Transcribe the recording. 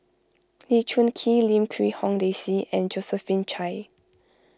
Lee Choon Kee Lim Quee Hong Daisy and Josephine Chia